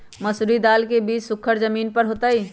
मसूरी दाल के बीज सुखर जमीन पर होतई?